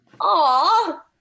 Aw